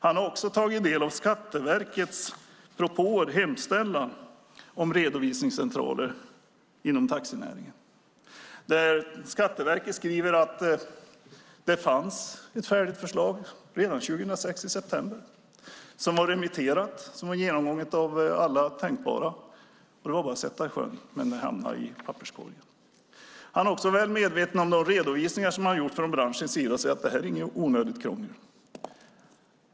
Anders Borg har tagit del av Skatteverkets hemställan om redovisningscentraler inom taxinäringen. Skatteverket skriver att det fanns ett färdigt förslag redan i september 2006. Det var remitterat och genomgånget av alla tänkbara instanser. Det var bara att sätta i sjön, men det hamnade i papperskorgen. Anders Borg är väl medveten om de redovisningar man har gjort från branschens sida som säger att det här inte är något onödigt krångel.